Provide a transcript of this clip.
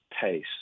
pace